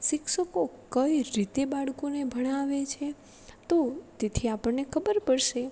શિક્ષકો કઈ રીતે બાળકોને ભણાવે છે તો તેથી આપણને ખબર પડશે